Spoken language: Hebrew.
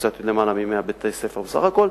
קצת יותר מ-100 בתי-ספר בסך הכול,